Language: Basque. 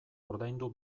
ordaindu